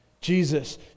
Jesus